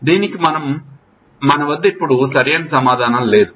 కానీ దానికి మన వద్ద సరి ఐన సమాధానం లేదు